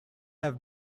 have